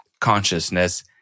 consciousness